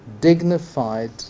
dignified